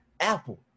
Apple